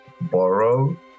borrow